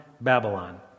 Babylon